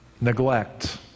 neglect